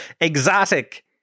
Exotic